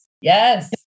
Yes